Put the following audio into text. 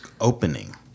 opening